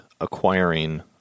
acquiring